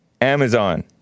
Amazon